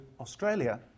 Australia